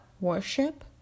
Worship